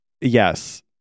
yes